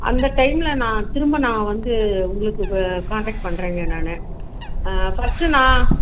அந்த டைம்மில் நான் திரும்ப நான் வந்து உங்களுக்கு கான்டக்ட் பண்ணுறங்க நான் ஃபர்ஸ்ட் நான்